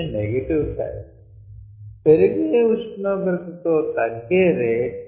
ఇది negative side పెరిగే ఉష్ణోగ్రత తో తగ్గే రేట్